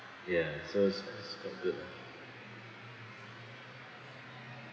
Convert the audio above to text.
yes so it's it's quite good ah